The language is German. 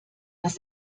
das